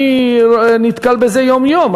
אני נתקל בזה יום-יום,